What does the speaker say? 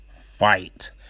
fight